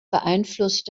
beeinflusst